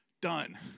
Done